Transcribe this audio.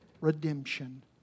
redemption